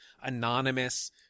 anonymous